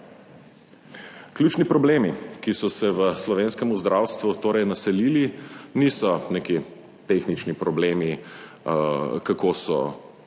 Ključni problemi, ki so se v slovenskem zdravstvu torej naselili, niso neki tehnični problemi, kako so